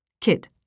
Kit